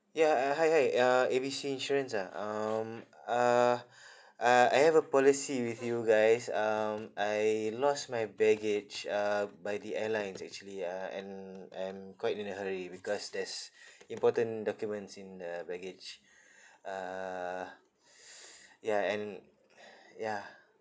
ya uh hi hi uh A B C insurance ah um uh uh I have a policy with you guys um I lost my baggage uh by the airlines actually ah and and quite in a hurry because there's important documents in the baggage uh ya and yeah